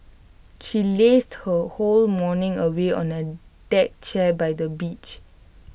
she lazed her whole morning away on A deck chair by the beach